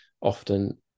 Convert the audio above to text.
often